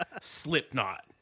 Slipknot